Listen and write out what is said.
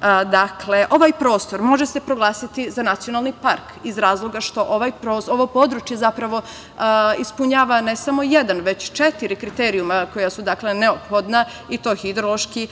faune. Dakle, ovaj prostor može se proglasiti za nacionalni park iz razloga što ovo područje ispunjava ne samo jedan, već četiri kriterijuma koja su neophodna, i to hidrološki,